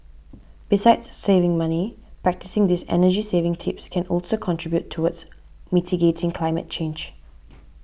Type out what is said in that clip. besides saving money practising these energy saving tips can also contribute towards mitigating climate change